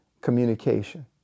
communication